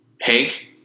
Hank